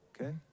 Okay